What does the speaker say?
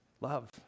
Love